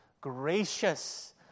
gracious